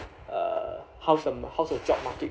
uh how's m~ how's the job market